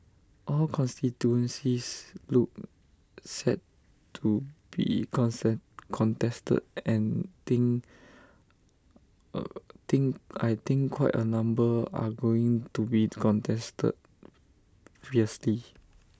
all constituencies look set to be concern contested and think think I think quite A number are going to be contested fiercely